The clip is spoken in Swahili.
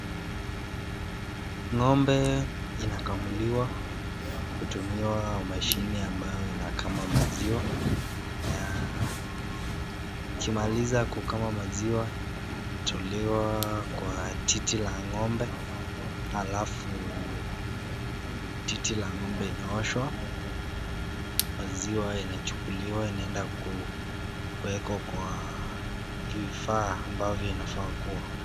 Ng'ombe inakamuliwa kutumiwa mashini ambayo inakaa kama maziwa na ukimaliza kukamua maziwa inatolewa kwa titi la ng'ombe alafu titi la ng'ombe inaoshwa. Maziwa inachukuliwa inaenda kuwekwa kwa vifaa ambavyo inafaa kuwa.